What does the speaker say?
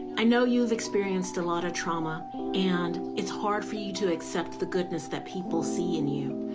i know you've experienced a lot of trauma and it's hard for you to accept the goodness that people see in you.